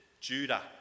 Judah